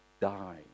die